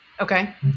Okay